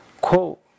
Quote